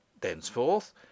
Thenceforth